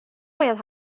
باید